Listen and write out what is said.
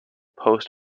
post